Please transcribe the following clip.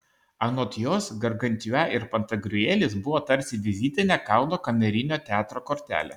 anot jos gargantiua ir pantagriuelis buvo tarsi vizitinė kauno kamerinio teatro kortelė